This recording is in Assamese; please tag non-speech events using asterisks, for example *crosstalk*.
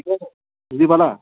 *unintelligible* বুজি পালা